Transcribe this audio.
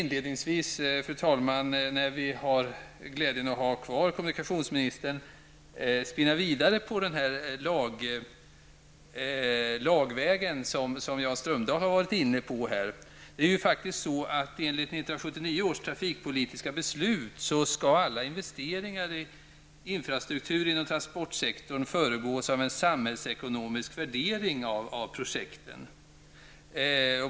Inledningsvis vill jag, när vi har glädjen att ha kvar kommunikationsministern, spinna vidare på den här lagvägen som Jan Strömdahl har varit inne på. Enligt 1979 års trafikpolitiska beslut skall alla investeringar i infrastruktur inom transportsektorn föregås av en samhällsekonomisk värdering av projekten.